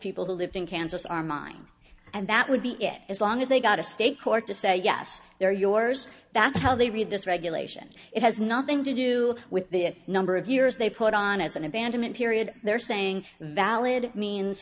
people who lived in kansas are mine and that would be it as long as they got a state court to say yes they're yours that's how they read this regulation it has nothing to do with the number of years they put on as an abandonment period they're saying that all it means